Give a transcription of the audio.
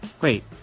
Wait